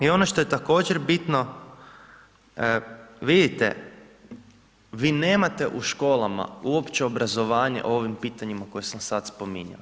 I ono što je također bitno, vidite, vi nemate u školama uopće obrazovanja o ovim pitanjima koje sam sad spominjao.